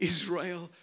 Israel